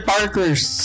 Parker's